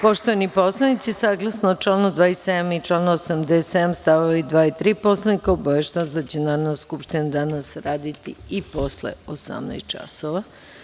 Poštovani poslanici, saglasno članu 27. i članu 87. stavovi 2. i 3. Poslovnika, obaveštavam vas da će Narodna skupština danas raditi i posle 18 časova.